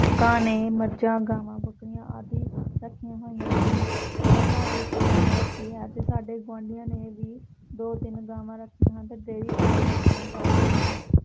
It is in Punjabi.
ਲੋਕਾਂ ਨੇ ਮੱਝਾਂ ਗਾਵਾਂ ਬੱਕਰੀਆਂ ਆਦਿ ਰੱਖੀਆਂ ਹੋਈਆਂ ਹਨ ਅਤੇ ਅਸਾਂ ਵੀ ਇੱਕ ਗਾਂ ਰੱਖੀ ਹੈ ਅਤੇ ਸਾਡੇ ਗੁਆਂਡੀਆਂ ਨੇ ਵੀ ਦੋ ਤਿੰਨ ਗਾਵਾਂ ਰੱਖੀਆਂ ਹਨ ਅਤੇ ਡੇਅਰੀ ਫਾਰਮ ਦਾ ਕੰਮ ਕਰਦੇ ਹਨ